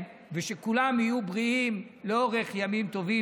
ושכולם יהיו בריאים לאורך ימים טובים.